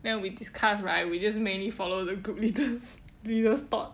then we discuss right we just mainly follow the group leader's previous thought